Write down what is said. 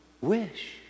wish